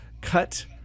cut